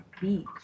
beach